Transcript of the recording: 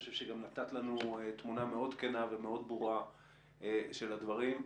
אני חושב שגם נתת לנו תמונה מאוד כנה ומאוד ברורה של הדברים.